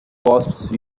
costs